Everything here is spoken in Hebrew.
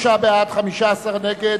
33 בעד, 15 נגד,